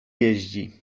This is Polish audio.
jeździ